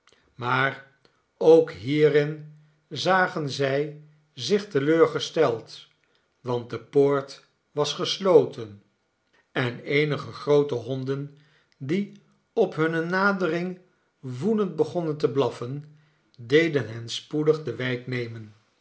maar ook hierin zagen zij zich te leur gesteld want de poort was gesloten en eenige groote honden die op hunne nadering woedend begonnen te blaffen deden hen spoedig de wijk nemen